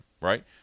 right